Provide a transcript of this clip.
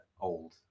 old